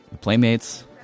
Playmates